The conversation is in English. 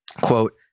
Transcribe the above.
Quote